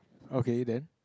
okay then